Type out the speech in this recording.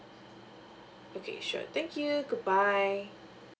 okay sure thank you goodbye